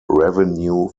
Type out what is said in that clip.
revenue